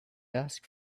ask